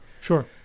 Sure